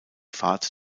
fahrt